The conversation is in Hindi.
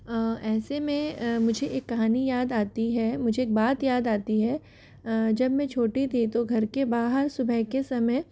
ऐसे में मुझे एक कहानी याद आती है मुझे एक बात याद आती है जब मैं छोटी थी तो घर के बाहर सुबह के समय